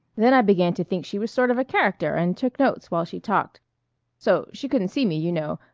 then i began to think she was sort of a character, and took notes while she talked so she couldn't see me, you know,